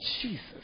Jesus